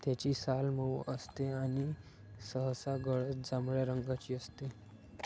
त्याची साल मऊ असते आणि सहसा गडद जांभळ्या रंगाची असते